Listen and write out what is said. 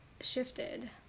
shifted